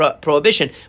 prohibition